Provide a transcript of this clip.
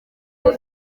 ngo